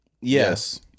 yes